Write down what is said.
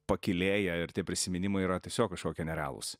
pakylėja ir tie prisiminimai yra tiesiog kažkokie nerealūs